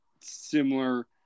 similar